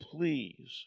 please